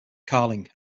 carling